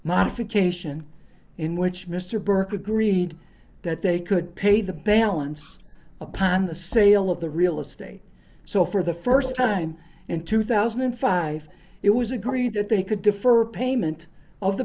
occasion in which mr burke agreed that they could pay the balance upon the sale of the real estate so for the st time in two thousand and five it was agreed that they could defer payment of the